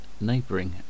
neighbouring